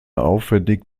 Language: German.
aufwendig